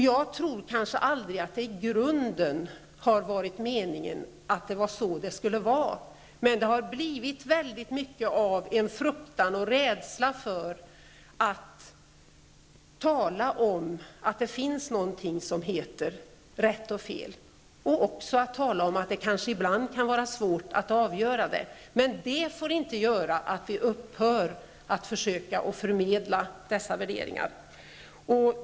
Jag tror inte att det i grunden har varit meningen att det skulle bli så, men det har ändå uppstått mycket av fruktan och rädsla för att tala om att det finns någonting som heter rätt och fel och även att tala om att det kanske ibland kan vara svårt att avgöra vad som är rätt och fel. Men det får inte göra att vi upphör att försöka förmedla dessa värderingar.